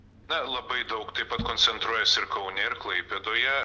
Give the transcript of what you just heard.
na labai daug taip pat koncentruojasi ir kaune ir klaipėdoje